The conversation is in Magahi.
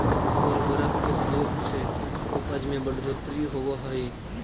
उर्वरक के प्रयोग से उपज में बढ़ोत्तरी होवऽ हई